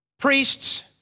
priests